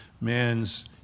man's